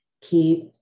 keep